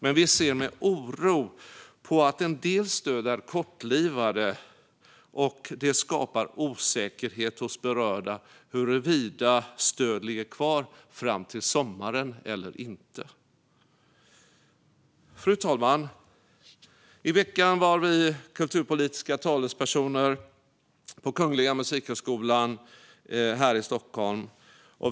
Men vi ser med oro på att en del stöd är kortlivade. Det skapar osäkerhet hos berörda om huruvida stöd ligger kvar fram till sommaren eller inte. Fru talman! I veckan var vi kulturpolitiska talespersoner på Kungliga Musikhögskolan här i Stockholm.